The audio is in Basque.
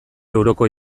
euroko